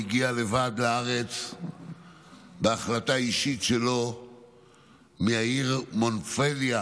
הגיע לבד לארץ בהחלטה אישית שלו מהעיר מונפלייה